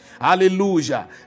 hallelujah